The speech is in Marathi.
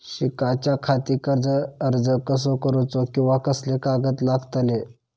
शिकाच्याखाती कर्ज अर्ज कसो करुचो कीवा कसले कागद लागतले?